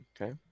okay